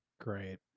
great